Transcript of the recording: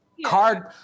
card